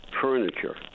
Furniture